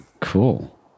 cool